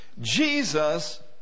Jesus